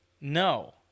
No